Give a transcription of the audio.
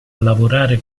lavorare